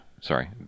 Sorry